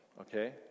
Okay